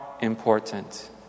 important